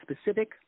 specific